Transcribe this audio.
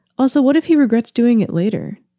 also, what if he regrets doing it later,